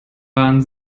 waren